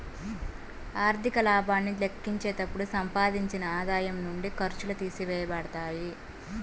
ఆర్థిక లాభాన్ని లెక్కించేటప్పుడు సంపాదించిన ఆదాయం నుండి ఖర్చులు తీసివేయబడతాయి